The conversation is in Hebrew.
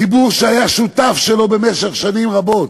ציבור שהיה שותף שלו במשך שנים רבות.